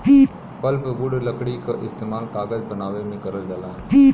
pulpwood लकड़ी क इस्तेमाल कागज बनावे में करल जाला